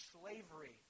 slavery